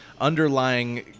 underlying